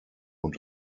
und